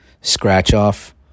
scratch-off